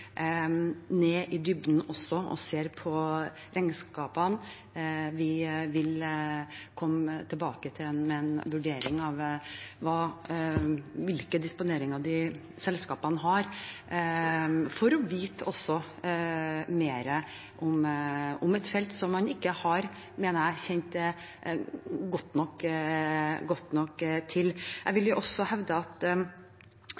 regnskapene. Vi vil komme tilbake med en vurdering av hvilke disponeringer de selskapene har, for å få vite mer om et felt som jeg mener man ikke har kjent godt nok til. Jeg vil